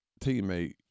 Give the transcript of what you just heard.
teammate